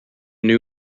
new